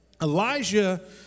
Elijah